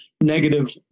negative